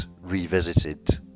revisited